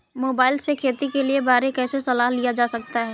Mobile से खेती के बारे कैसे सलाह लिया जा सकता है?